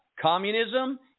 communism